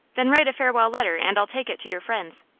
then write a farewell letter, and i'll take it to your friends.